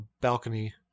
balcony